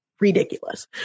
ridiculous